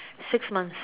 six months